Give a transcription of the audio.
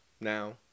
now